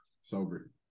Sober